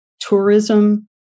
tourism